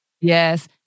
Yes